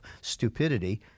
stupidity